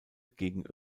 gegen